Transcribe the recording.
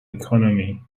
economy